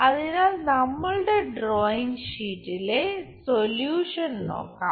അതിനാൽ നമ്മളുടെ ഡ്രോയിംഗ് ഷീറ്റിലെ സൊല്യൂഷൻ നോക്കാം